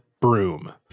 broom